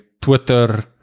Twitter